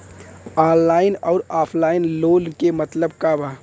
Online अउर offline loan क मतलब का बा?